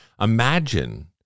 imagine